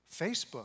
Facebook